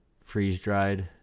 freeze-dried